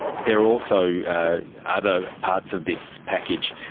there are also other parts of this package.